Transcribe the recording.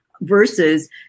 versus